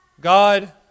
God